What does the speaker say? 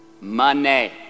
Money